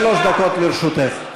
שלוש דקות לרשותך.